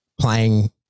playing